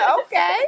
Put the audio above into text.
Okay